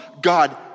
God